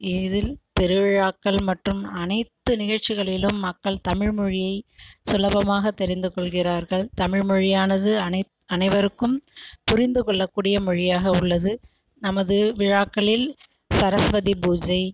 இதில் திருவிழாக்கள் மற்றும் அனைத்து நிகழ்ச்சிகளிலும் மக்கள் தமிழ்மொழியை சுலபமாகத் தெரிந்து கொள்கிறார்கள் தமிழ்மொழியானது அனைவருக்கும் புரிந்துக்கொள்ள கூடிய மொழியாக உள்ளது நமது விழாக்களில் சரஸ்வதி பூஜை